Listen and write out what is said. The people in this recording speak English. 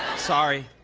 sorry.